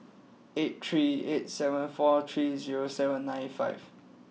eight three eight seven four three seven nine five